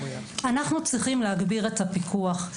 אנחנו צריכים להגביר את הפיקוח.